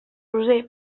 roser